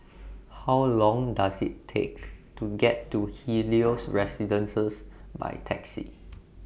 How Long Does IT Take to get to Helios Residences By Taxi